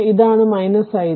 ഇതാണ് i3